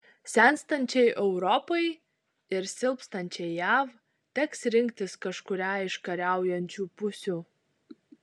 senstančiai europai ir silpstančiai jav teks rinktis kažkurią iš kariaujančių pusių